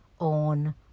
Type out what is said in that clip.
on